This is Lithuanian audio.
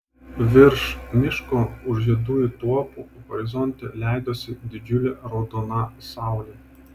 virš miško už juodųjų tuopų horizonte leidosi didžiulė raudona saulė